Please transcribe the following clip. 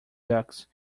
ducks